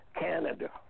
Canada